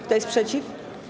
Kto jest przeciw?